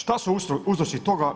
Šta su uzroci toga?